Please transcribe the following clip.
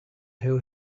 who